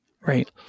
Right